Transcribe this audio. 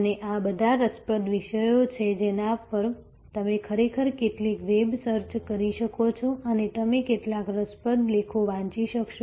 અને આ બધા રસપ્રદ વિષયો છે જેના પર તમે ખરેખર કેટલીક વેબ સર્ચ કરી શકો છો અને તમે કેટલાક રસપ્રદ લેખો વાંચી શકશો